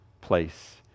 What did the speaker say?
place